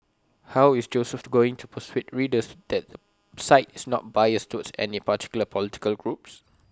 how is Joseph going to persuade readers that the site is not biased towards any particular political group